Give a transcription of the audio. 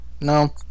No